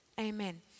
amen